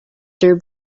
their